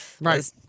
Right